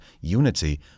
unity